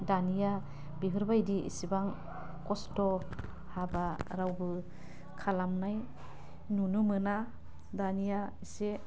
दानिया बेफोरबायदि एसेबां खस्थ हाबा रावबो खालामनाय नुनो मोना दानिया एसे